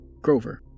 Grover